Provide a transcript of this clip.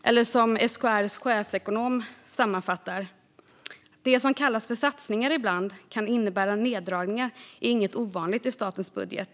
Eller som SKR:s chefsekonom sammanfattar det: "Att det som kallas för satsningar ibland kan innebära neddragningar är inget ovanligt i statens budgetar.